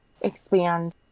expand